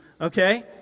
Okay